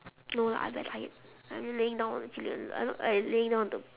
no lah I very tired I laying down actually I laying down on the